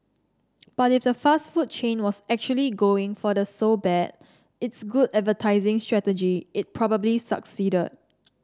but if the fast food chain was actually going for the so bad it's good advertising strategy it probably succeeded